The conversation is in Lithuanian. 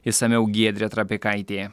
išsamiau giedrė trapikaitė